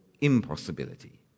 impossibility